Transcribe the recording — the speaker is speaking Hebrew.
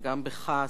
וגם בך,